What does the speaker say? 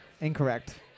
Incorrect